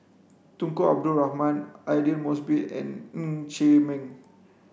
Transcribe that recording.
Tunku Abdul Rahman Aidli Mosbit and Ng Chee Meng